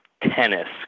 tennis